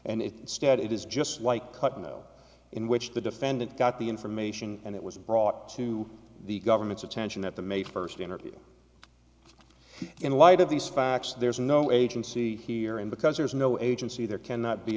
stead it is just like cutting out in which the defendant got the information and it was brought to the government's attention that the may first interview in light of these facts there is no agency here and because there is no agency there cannot be